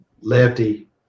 Lefty